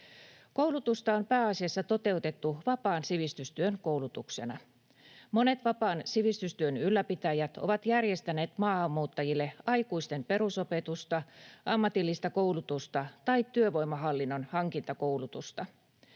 Koulutusta on toteutettu pääasiassa vapaan sivistystyön koulutuksena. Monet vapaan sivistystyön ylläpitäjät ovat järjestäneet maahanmuuttajille aikuisten perusopetusta, ammatillista koulutusta tai työvoimahallinnon hankintakoulutusta.